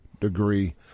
degree